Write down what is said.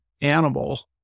animal